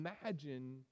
Imagine